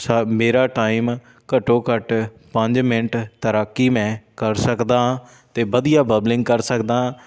ਸ ਮੇਰਾ ਟਾਈਮ ਘੱਟੋ ਘੱਟ ਪੰਜ ਮਿੰਟ ਤੈਰਾਕੀ ਮੈਂ ਕਰ ਸਕਦਾ ਹਾਂ ਅਤੇ ਵਧੀਆ ਬਵਲਿੰਗ ਕਰ ਸਕਦਾ ਹਾਂ